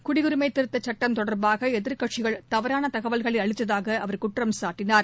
குடியரிமை திருத்தச் சுட்டம் தொடர்பாக எதிர்க்கட்சிகள் தவறாள தகவல்களை அளித்ததாக அவர் குற்றம்சாட்டினார்